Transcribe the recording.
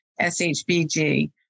SHBG